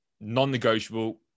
non-negotiable